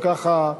וככה,